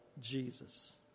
Jesus